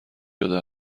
شده